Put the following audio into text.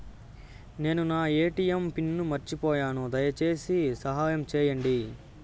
నేను నా ATM pin మర్చిపోయాను, దయచేసి సహాయం చేయండి